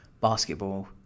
basketball